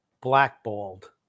Blackballed